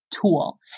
tool